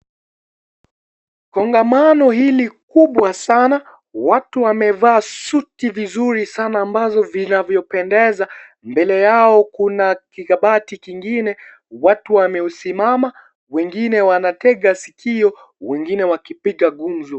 Kongamano hili kubwa sana, watu wamevaa suti vizuri sana ambazo vinavyo pendeza. Mbele yao Kuna kabati chingine, watu wamesimama wengine wanatega sikio, wengine wakipiga gumzo.